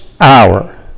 hour